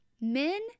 men